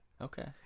Okay